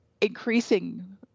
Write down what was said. increasing